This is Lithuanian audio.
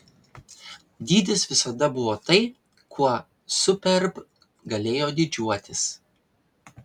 dydis visada buvo tai kuo superb galėjo didžiuotis